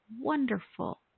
wonderful